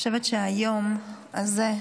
אני חושבת שהיום הזה,